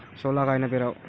सोला कायनं पेराव?